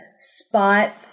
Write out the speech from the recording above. spot